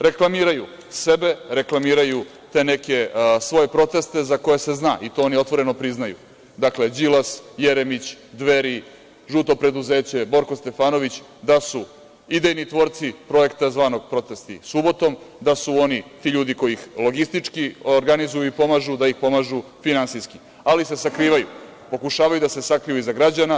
Reklamiraju sebe, reklamiraju te neke svoje proteste za koje se zna i to oni otvoreno priznaju, dakle, Đilas, Jeremić, Dveri, žuto preduzeće, Borko Stefanović, da su idejni tvorci projekta zvanog protesti subotom, da su oni ti ljudi koji ih logistički organizuju i pomažu, da ih pomažu finansijski, ali se sakrivaju, pokušavaju da se sakriju iza građana.